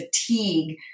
fatigue